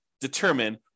determine